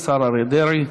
השר אריה דרעי.